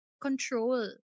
control